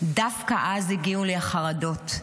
דווקא אז הגיעו לי החרדות.